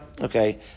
Okay